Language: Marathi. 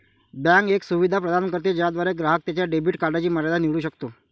बँक एक सुविधा प्रदान करते ज्याद्वारे ग्राहक त्याच्या डेबिट कार्डची मर्यादा निवडू शकतो